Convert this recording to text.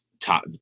top